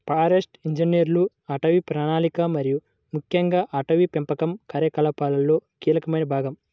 forest ఇంజనీర్లు అటవీ ప్రణాళిక మరియు ముఖ్యంగా అటవీ పెంపకం కార్యకలాపాలలో కీలకమైన భాగం